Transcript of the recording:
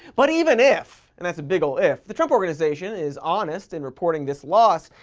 but even if, and that's a big ol' if, the trump organization is honest in reporting this loss,